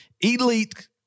elite